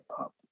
up